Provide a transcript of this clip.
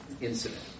incident